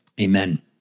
amen